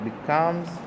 Becomes